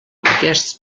aquests